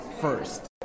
first